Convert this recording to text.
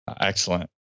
Excellent